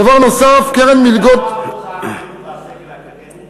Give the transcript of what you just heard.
דבר נוסף: קרן מלגות, מה אחוז הערבים בסגל האקדמי?